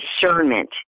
Discernment